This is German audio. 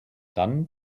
dann